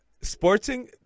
Sporting